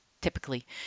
typically